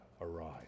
arise